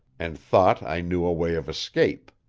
and thought i knew a way of escape.